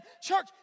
church